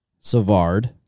Savard